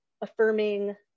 affirming